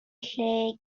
lle